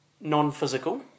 non-physical